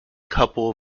couple